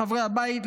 חברי הבית,